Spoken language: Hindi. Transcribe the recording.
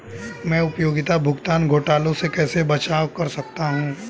मैं उपयोगिता भुगतान घोटालों से कैसे बचाव कर सकता हूँ?